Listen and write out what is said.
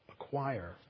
acquire